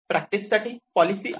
practice साठी policy आहे